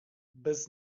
bez